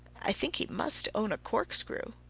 i think he must own a corkscrew.